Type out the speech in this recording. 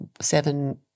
seven